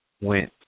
went